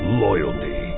loyalty